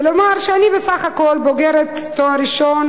ולומר שאני בסך הכול בוגרת תואר ראשון